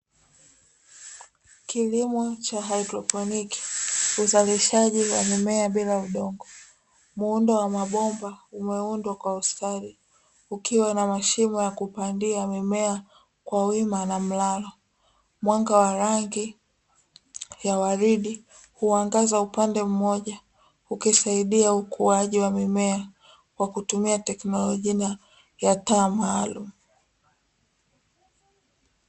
Kilimo cha haidroponi, uzalishaji wa mimea bila udongo. Muundo wa mabomba umeundwa kwa ustadi ukiwa na mashimo ya kupandia mimea kwa wima na mlalo. Mwanga wa rangi ya waridi huangaza upande mmoja, ukisaidia ukuaji wa mimea kwa kutumia teknolojia ya taa maalumu.